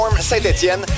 Saint-Étienne